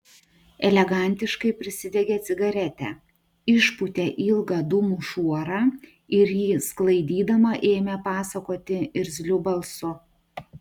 elegantiškai prisidegė cigaretę išpūtė ilgą dūmų šuorą ir jį sklaidydama ėmė pasakoti irzliu balsu